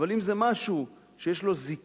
אבל אם זה משהו שיש לו זיקה